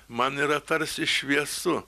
man yra tarsi šviesu